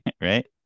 right